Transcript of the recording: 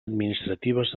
administratives